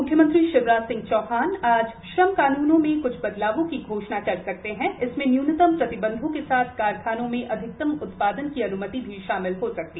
श्रम कानून मुख्यमंत्री शिवराज सिंह चौहान आज श्रम कानूनों में कुछ बदलावों की घोषणा कर सकत हैं जिसमें न्यूनतम प्रतिबंधों का साथ कारखानों में अधिकतम उत्पादन की अनुमति भी शामिल होगी